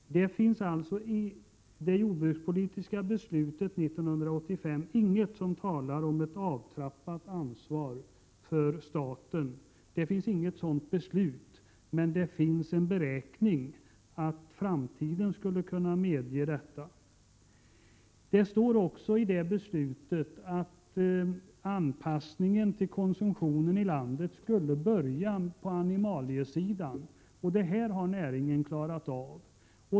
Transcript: Det finns alltså i det jordbrukspolitiska beslutet från 1985 ingenting som talar om en avtrappning av statens ansvar. Det finns inget sådant beslut, men det finns en beräkning att framtiden skulle kunna medge detta. Det står vidare i beslutet att anpassningen till konsumtionen i landet skulle börja på animaliesidan. Det har näringen klarat av.